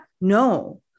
No